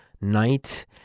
night